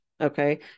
Okay